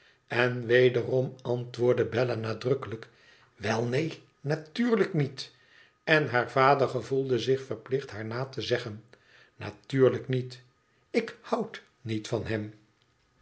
n wederom antwoordde bella nadrukkelijk wel neen natuurlijk nieti n haar vader gevoelde zich verplicht haar na te zeggen natuurlijk niet ik houd niet van hem